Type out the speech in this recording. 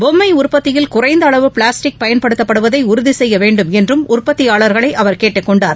பொம்மை உற்பத்தியில் குறைந்த அளவு பிளாஸ்டிக் பயன்படுத்தப்படுவதை செய்ய உறுதி வேண்டுமென்றும் உற்பத்தியாள்களை அவர் கேட்டுக் கொண்டார்